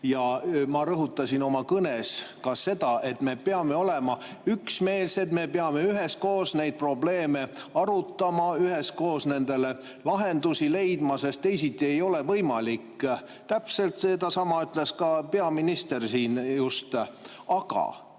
Ja ma rõhutasin oma kõnes ka seda, et me peame olema üksmeelsed, me peame üheskoos neid probleeme arutama, üheskoos nendele lahendusi leidma, sest teisiti ei ole võimalik. Täpselt sedasama ütles just praegu